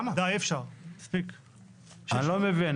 אני לא מבין.